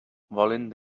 volen